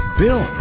bill